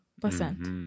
percent